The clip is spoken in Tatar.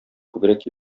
күбрәк